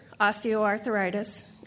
osteoarthritis